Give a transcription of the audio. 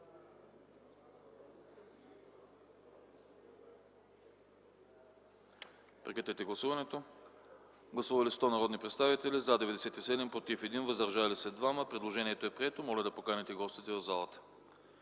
предложение. Гласували 100 народни представители: за 97, против 1, въздържали се 2. Предложението е прието. Моля да поканите гостите в залата.